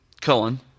Cullen